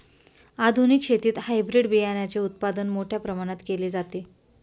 आधुनिक शेतीत हायब्रिड बियाणाचे उत्पादन मोठ्या प्रमाणात केले जाते